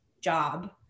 job